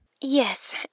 Yes